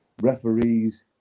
referees